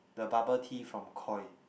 the bubble tea from Koi